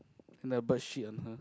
and the bird shit on her